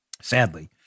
sadly